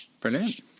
Brilliant